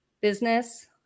business